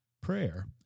prayer